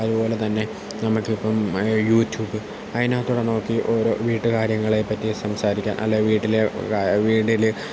അതുപോലെത്തന്നെ നമുക്കിപ്പം യൂട്യൂബ് അതിനകത്തുകൂടെ നോക്കി ഓരോ വീട്ടുകാര്യങ്ങളെപ്പറ്റി സംസാരിക്കാൻ അല്ലെങ്കിൽ വീട്ടിലെ വീട്ടിൽ